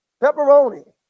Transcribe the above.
pepperoni